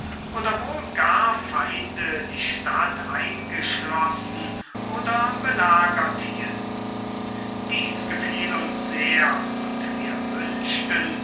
oder wohl gar feinde die stadt eingeschlossen oder belagert hielten dies gefiel uns sehr und wir wünschten